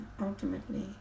ultimately